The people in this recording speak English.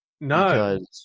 No